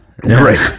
great